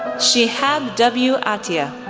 shehab w. attia,